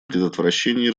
предотвращении